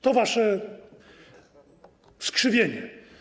To wasze skrzywienie.